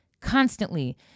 constantly